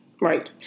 right